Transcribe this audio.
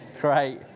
Great